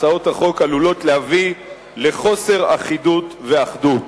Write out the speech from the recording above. הצעות החוק עלולות להביא לחוסר אחידות ואחדות.